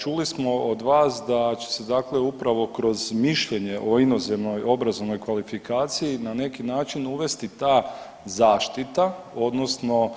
Čuli smo od vas da će se dakle upravo kroz mišljenje o inozemnoj obrazovnoj kvalifikaciji na neki način uvesti ta zaštita odnosno